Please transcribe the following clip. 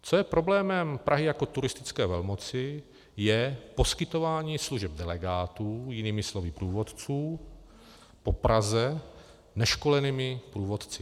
Co je problémem Prahy jako turistické velmoci, je poskytování služeb delegátů, jinými slovy průvodců, po Praze neškolenými průvodci.